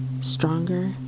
stronger